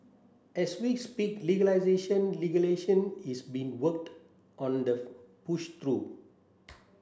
as we speak legalisation is being worked on the pushed through